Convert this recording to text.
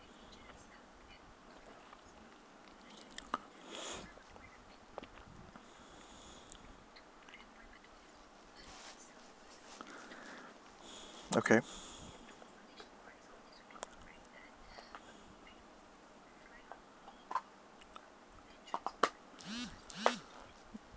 okay